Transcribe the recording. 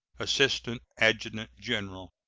assistant adjutant-general.